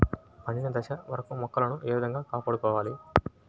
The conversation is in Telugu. పండిన దశ వరకు మొక్కలను ఏ విధంగా కాపాడుకోవాలి?